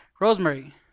Rosemary